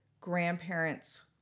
grandparents